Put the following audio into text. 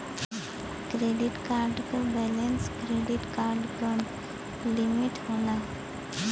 credit card क balance credit card क limit होला